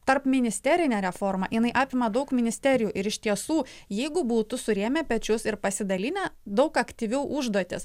tarpministerinė reforma jinai apima daug ministerijų ir iš tiesų jeigu būtų surėmę pečius ir pasidalinę daug aktyviau užduotis